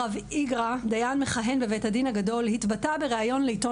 הרב איגרא דיין מכהן בבית הדין הגדול התבטא בראיון לעיתון